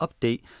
update